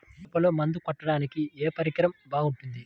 మిరపలో మందు కొట్టాడానికి ఏ పరికరం బాగుంటుంది?